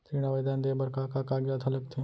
ऋण आवेदन दे बर का का कागजात ह लगथे?